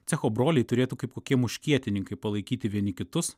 cecho broliai turėtų kaip kokie muškietininkai palaikyti vieni kitus